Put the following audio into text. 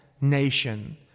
nation